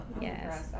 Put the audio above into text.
Yes